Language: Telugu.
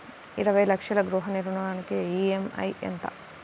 ఇరవై లక్షల గృహ రుణానికి ఈ.ఎం.ఐ ఎంత?